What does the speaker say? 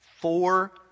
four